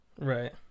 Right